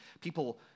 people